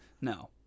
No